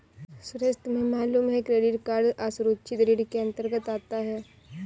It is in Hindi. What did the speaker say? सुरेश तुम्हें मालूम है क्रेडिट कार्ड असुरक्षित ऋण के अंतर्गत आता है